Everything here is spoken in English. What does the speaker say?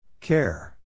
Care